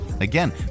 Again